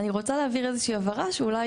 אני רוצה להבהיר איזושהי הבהרה שאולי